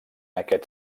aquest